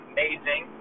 Amazing